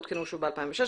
עודכנו שוב ב-2016,